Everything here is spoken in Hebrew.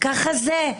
ככה זה,